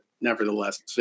nevertheless